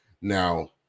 Now